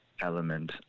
element